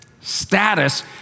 status